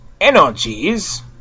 energies